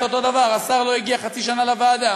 אותו הדבר: השר לא הגיע חצי שנה לוועדה.